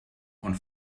und